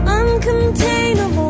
uncontainable